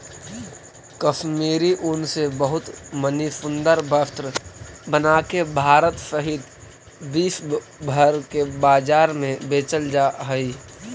कश्मीरी ऊन से बहुत मणि सुन्दर वस्त्र बनाके भारत सहित विश्व भर के बाजार में बेचल जा हई